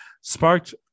sparked